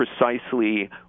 precisely